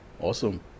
Awesome